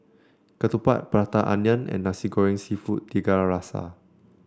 ketupat Prata Onion and Nasi Goreng seafood Tiga Rasa